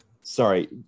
Sorry